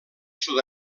sud